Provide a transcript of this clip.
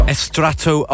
Estrato